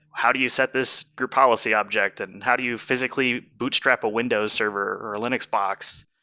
how do you set this group policy object, and and how do you physically bootstrap a windows server, or a linux box?